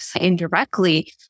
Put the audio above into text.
indirectly